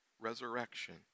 resurrection